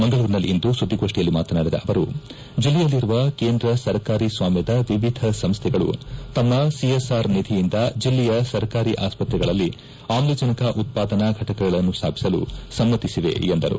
ಮಂಗಳೂರಿನಲ್ಲಿಂದು ಸುದ್ದಿಗೋಷ್ಠಿಯಲ್ಲಿ ಮಾತನಾಡಿದ ಅವರು ಜಿಲ್ಲೆಯಲ್ಲಿರುವ ಕೇಂದ್ರ ಸರಕಾರಿ ಸ್ವಾಮ್ಯದ ವಿವಿಧ ಸಂಸ್ತೆಗಳು ತಮ್ಮ ಸಿಎಸ್ಆರ್ ನಿಧಿಯಿಂದ ಜಿಲ್ಲೆಯ ಸರಕಾರಿ ಆಸ್ವತ್ರೆಗಳಲ್ಲಿ ಆಮ್ಲಜನಕ ಉತ್ಪಾದನಾ ಘಟಕಗಳನ್ನು ಸ್ಥಾಪಿಸಲು ಸಮ್ಮತಿಸಿವೆ ಎಂದರು